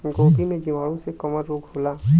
गोभी में जीवाणु से कवन रोग होला?